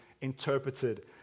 interpreted